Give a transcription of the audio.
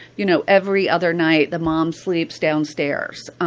you know, every other night, the mom sleeps downstairs,